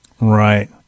right